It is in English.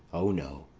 o, no,